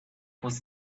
was